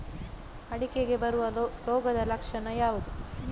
ಅಡಿಕೆಗೆ ಬರುವ ರೋಗದ ಲಕ್ಷಣ ಯಾವುದು?